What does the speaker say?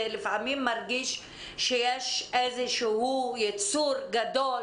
לפעמים זה מרגיש שיש איזשהו יצור גדול,